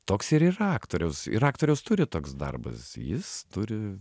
toks ir yra aktoriaus ir aktoriaus turi toks darbas jis turi